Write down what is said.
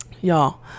y'all